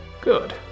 good